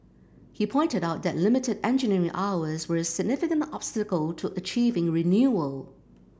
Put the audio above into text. he pointed out that limited engineering hours were a significant obstacle to achieving renewal